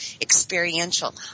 experiential